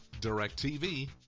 DirecTV